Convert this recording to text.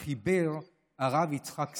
מילותיו חיבר הרב יצחק סונה,